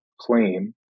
claim